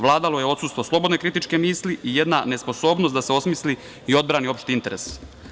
Vladalo je odsustvo slobodne kritičke misli i jedna nesposobnost da se osmisli i odbrani opšti interes.